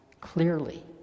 clearly